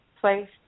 place